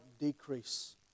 decrease